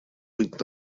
быть